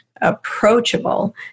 approachable